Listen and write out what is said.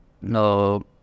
No